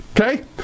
Okay